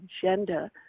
agenda